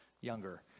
younger